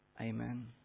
Amen